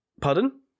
pardon